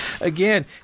Again